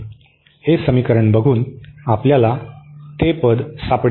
हे समीकरण बघून आपल्याला ते पद सापडेल